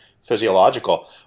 physiological